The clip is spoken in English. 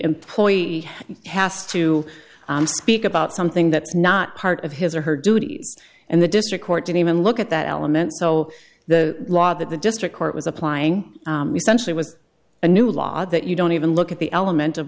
employee has to speak about something that's not part of his or her duties and the district court didn't even look at that element so the law that the district court was applying centrally was a new law that you don't even look at the element of